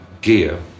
gear